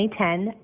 2010